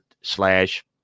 slash